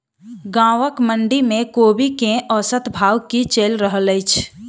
गाँवक मंडी मे कोबी केँ औसत भाव की चलि रहल अछि?